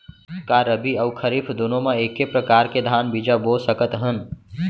का रबि अऊ खरीफ दूनो मा एक्के प्रकार के धान बीजा बो सकत हन?